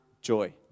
Joy